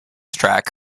track